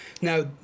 Now